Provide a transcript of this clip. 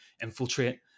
infiltrate